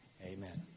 amen